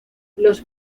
los